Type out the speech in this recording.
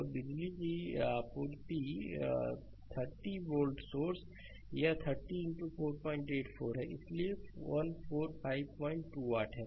और बिजली की आपूर्ति 30 वोल्ट सोर्स यह 30 484 है इसलिए 1452 वाट है